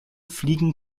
fliegen